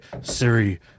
Siri